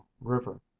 river